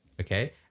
okay